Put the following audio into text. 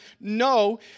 no